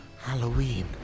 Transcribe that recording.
Halloween